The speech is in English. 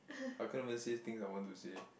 I couldn't even say things I want to say